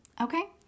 Okay